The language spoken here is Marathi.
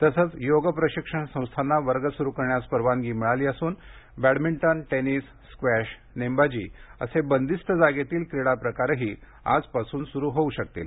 तसंच योग प्रशिक्षण संस्थांना वर्ग सुरू करण्यास परवानगी मिळाली असून बॅंडमिटन टेनिस स्क्वॅश नेमबाजी असे बंदिस्त जागेतील क्रीडाप्रकारही आजपासून सुरू होऊ शकतील